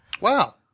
Wow